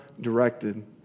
directed